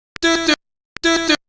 do do